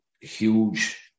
huge